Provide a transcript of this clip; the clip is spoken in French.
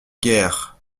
guère